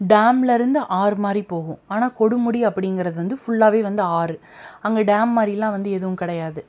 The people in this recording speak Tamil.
டேம்லிருந்து ஆறு மாதிரி போகும் ஆனால் கொடுமுடி அப்படிங்கிறது வந்து ஃபுல்லாகவே வந்து ஆறு அங்கே டேம் மாதிரில்லாம் வந்து எதுவும் கிடையாது